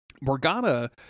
Morgana